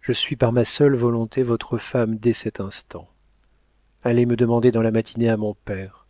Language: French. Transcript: je suis par ma seule volonté votre femme dès cet instant allez me demander dans la matinée à mon père